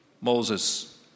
Moses